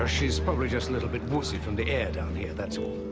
she's probably just a little bit woozy from the air down here, that's all.